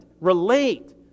relate